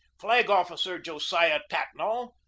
flag-officer josiah tatnall,